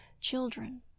children